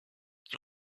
qui